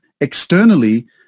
externally